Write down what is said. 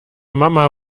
mama